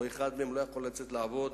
או אחד מהם לא יכול לצאת לעבוד.